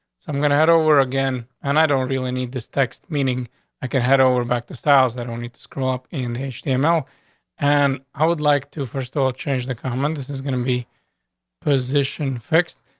so i'm gonna head over again and i don't really need this text, meaning i could head over back the styles that only to screw up in his name. l and i would like to first of all, change the comment. this is gonna be position fixed.